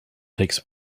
takes